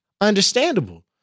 Understandable